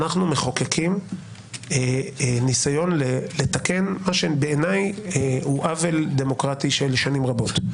אנחנו מחוקקים ניסיון לתקן מה שבעיניי הוא עוול דמוקרטי של שנים רבות.